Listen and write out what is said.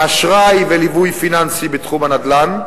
אשראי וליווי פיננסי בתחום הנדל"ן,